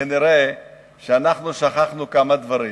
כנראה שכחנו כמה דברים.